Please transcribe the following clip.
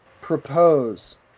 propose